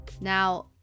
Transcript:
Now